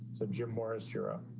so jim morris europe.